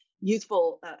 youthful